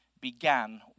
began